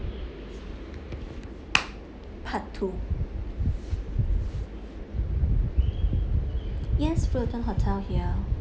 part two yes fullerton hotel here